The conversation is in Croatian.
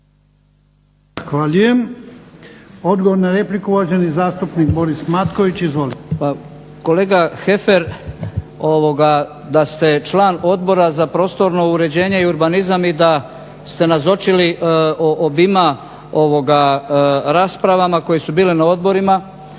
Odgovor na repliku, uvaženi zastupnik Boris Matković. Izvolite. **Matković, Borislav (HDZ)** Pa kolega Heffer da ste član Odbora za prostorno uređenje i urbanizam i da ste nazočili obima raspravama koje su bile na odborima